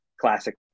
classic